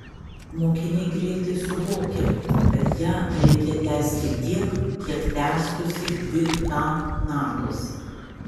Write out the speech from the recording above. mokiniai greitai suvokia kad ją reikia tęsti tiek kiek tęstųsi dvi ta natos